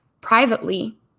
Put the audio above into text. Privately